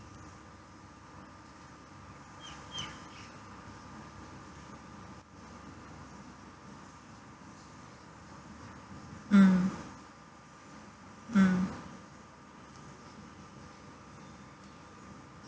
mm mm